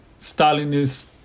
Stalinist